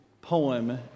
poem